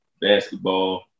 basketball